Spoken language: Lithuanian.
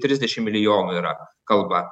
trisdešim milijonų yra kalba